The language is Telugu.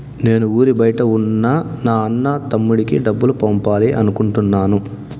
నేను ఊరి బయట ఉన్న నా అన్న, తమ్ముడికి డబ్బులు పంపాలి అనుకుంటున్నాను